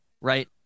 right